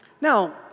Now